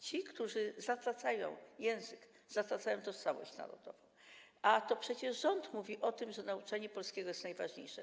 Ci, którzy zatracają język, zatracają tożsamość narodową, a to przecież rząd mówi o tym, że nauczanie polskiego jest najważniejsze.